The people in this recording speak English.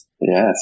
Yes